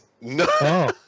No